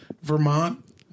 Vermont